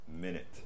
minute